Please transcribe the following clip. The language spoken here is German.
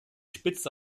spitze